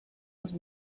was